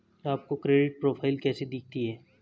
आपकी credit profile कैसी दिखती है?